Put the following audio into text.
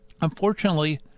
unfortunately